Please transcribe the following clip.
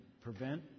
prevent